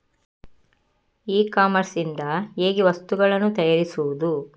E commerce ಇಂದ ಹೇಗೆ ವಸ್ತುಗಳನ್ನು ತರಿಸುವುದು?